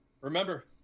Remember